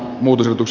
muutosutus